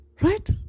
right